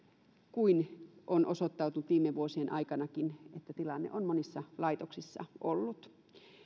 kuin on osoittautunut viime vuosien aikanakin että tilanne on monissa laitoksissa ollut